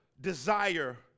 desire